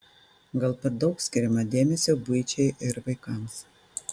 gal per daug skiriama dėmesio buičiai ir vaikams